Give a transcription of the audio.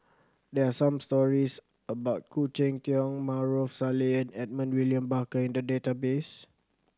there are some stories about Khoo Cheng Tiong Maarof Salleh and Edmund William Barker in the database